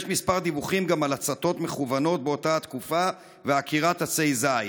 יש כמה דיווחים גם על הצתות מכוונות באותה התקופה ועקירת עצי זית.